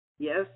Yes